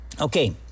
Okay